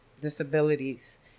disabilities